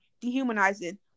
dehumanizing